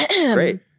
Great